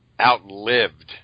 outlived